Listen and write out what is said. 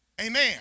Amen